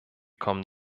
kommen